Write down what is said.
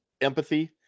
empathy